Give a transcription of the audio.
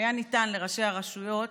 אם הייתה ניתנת לראשי הרשויות